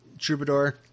troubadour